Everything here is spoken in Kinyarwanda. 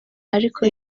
ariko